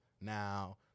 now